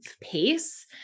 pace